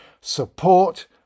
support